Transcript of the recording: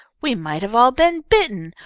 we might have all been bitten,